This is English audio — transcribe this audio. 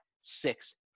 six